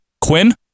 Quinn